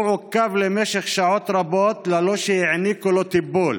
הוא עוכב למשך שעות רבות בלי שהעניקו לו טיפול.